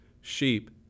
sheep